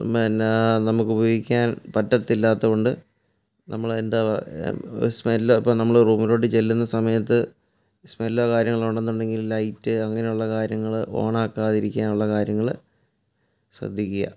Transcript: എന്നാൽ നമുക്ക് ഉപയോഗിക്കാൻ പറ്റത്തില്ലാത്ത കൊണ്ട് നമ്മളെന്താ സ്മെല്ല് ഇപ്പോൾ നമ്മൾ റൂമിലോട്ട് ചെല്ലുന്ന സമയത്ത് സ്മെല്ലോ കാര്യങ്ങളോ ഉണ്ടെന്നുണ്ടെങ്കിൽ ലൈറ്റ് അങ്ങനെയുള്ള കാര്യങ്ങൾ ഓണാക്കാതിരിക്കാനുള്ള കാര്യങ്ങൾ ശ്രദ്ധിക്കുക